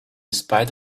spite